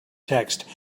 text